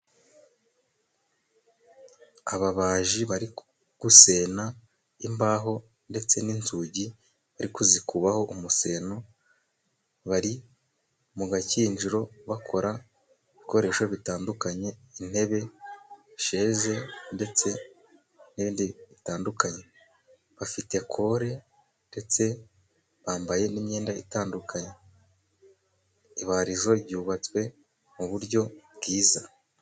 Ababaji bari gusena imbaho ndetse n'inzugi, bari kuzikubaho umuseno, bari mu gakinjiro, bakora ibikoresho bitandukanye, intebe, sheze ndetse n'ibindi bitandukanye, bafite kore ndetse bambaye n'imyenda itandukanye. Ibarizo ryubatswe mu buryo bwiza.